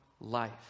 life